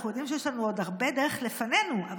אנחנו יודעים שיש לנו עוד הרבה דרך לפנינו אבל